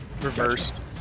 reversed